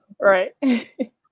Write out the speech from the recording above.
Right